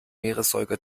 meeressäuger